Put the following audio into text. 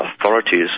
authorities